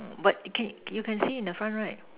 but can you can see in the front right